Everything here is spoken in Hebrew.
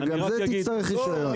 גם זה תצטרך רישיון.